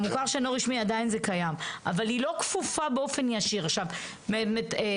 אבל היא לא כפופה באופן ישיר לגננת.